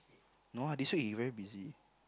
no ah this week he very busy